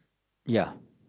ya